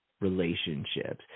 relationships